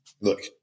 look